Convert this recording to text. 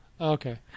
Okay